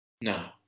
No